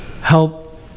help